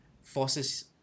Forces